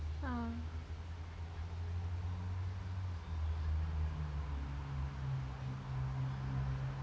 um